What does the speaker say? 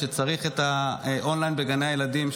שצריך את האון-ליין בגני הילדים,